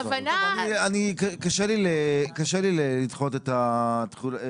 קשה לי לדחות את התחילה.